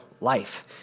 life